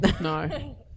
No